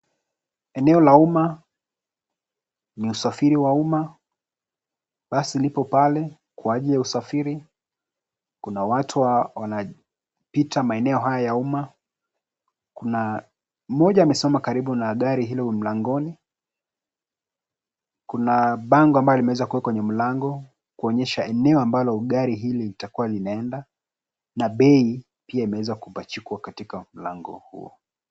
Eneo la umma, ni usafiri wa umma, basi lipo pale kwa ajili ya usafiri. Kuna watu wana pita maeneo haya ya umma. Mmoja amesimama karibu na gari hilo mlangoni. Kuna bango ambalo limeweza kuwekwa kwenye mlango kuonyesha eneo ambalo gari hili litakua linaenda, na bei pia imeweza kupachikwa katika mlango huo.